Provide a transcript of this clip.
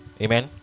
amen